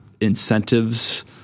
incentives